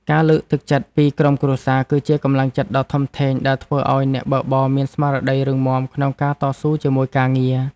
ការលើកទឹកចិត្តពីក្រុមគ្រួសារ គឺជាកម្លាំងចិត្តដ៏ធំធេងដែលធ្វើឱ្យអ្នកបើកបរមានស្មារតីរឹងមាំក្នុងការតស៊ូជាមួយការងារ។